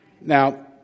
Now